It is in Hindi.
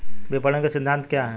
विपणन के सिद्धांत क्या हैं?